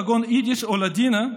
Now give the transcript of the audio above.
כגון יידיש או לדינו,